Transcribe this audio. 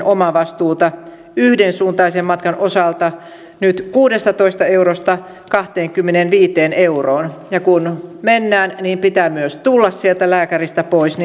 omavastuuta yhdensuuntaisen matkan osalta nyt kuudestatoista eurosta kahteenkymmeneenviiteen euroon ja kun mennään niin pitää myös tulla sieltä lääkäristä pois